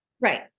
Right